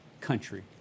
country